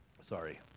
Sorry